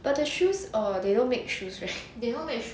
but the shoes err they don't make shoes right